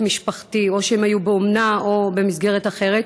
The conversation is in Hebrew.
משפחתי או שהם היו באומנה או במסגרת אחרת,